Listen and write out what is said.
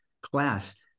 class